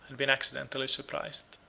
had been accidentally surprised.